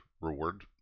reward